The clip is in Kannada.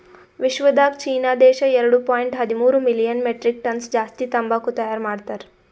ವಿಶ್ವದಾಗ್ ಚೀನಾ ದೇಶ ಎರಡು ಪಾಯಿಂಟ್ ಹದಿಮೂರು ಮಿಲಿಯನ್ ಮೆಟ್ರಿಕ್ ಟನ್ಸ್ ಜಾಸ್ತಿ ತಂಬಾಕು ತೈಯಾರ್ ಮಾಡ್ತಾರ್